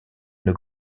une